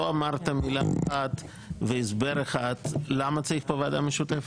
לא אמרת מילה אחת והסבר אחד למה צריך פה ועדה משותפת,